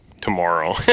tomorrow